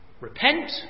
repent